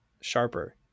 sharper